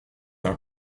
uns